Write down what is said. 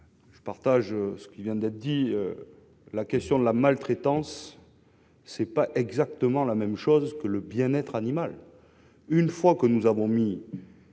Je rejoins ce qui vient d'être dit, la question de la maltraitance n'est pas exactement la même chose que le bien-être animal. Lorsque nous aurons mis